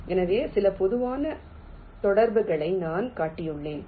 எனவே சில பொதுவான தொடர்புகளை நான் காட்டியுள்ளேன்